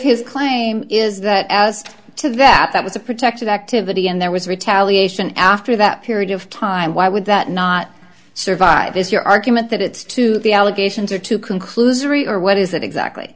his claim is that as to that that was a protected activity and there was retaliation after that period of time why would that not survive is your argument that it's too the allegations are too conclusory or what is that exactly